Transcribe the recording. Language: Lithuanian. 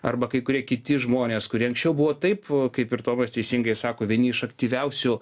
arba kai kurie kiti žmonės kurie anksčiau buvo taip kaip ir tomas teisingai sako vieni iš aktyviausių